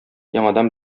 яңадан